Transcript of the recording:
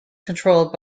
controlled